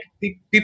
people